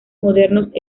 modernos